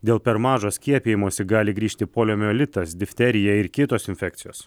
dėl per mažo skiepijimosi gali grįžti poliomielitas difterija ir kitos infekcijos